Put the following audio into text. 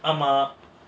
ஆமா:aamaa